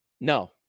No